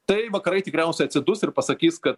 tai vakarai tikriausiai atsidus ir pasakys kad